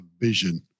vision